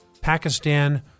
Pakistan